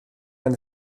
gan